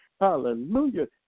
Hallelujah